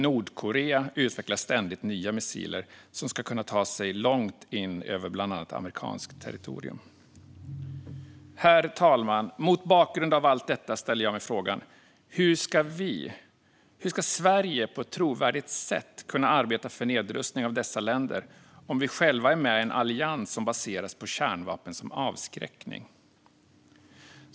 Nordkorea utvecklar ständigt nya missiler som ska kunna ta sig långt in över bland annat amerikanskt territorium. Herr talman! Mot bakgrund av allt detta ställer jag mig frågan: Hur ska vi, hur ska Sverige, på ett trovärdigt sätt, kunna arbeta för nedrustning av dessa länder om vi själva är med i en allians som baseras på kärnvapen som avskräckning?